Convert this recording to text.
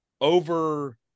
over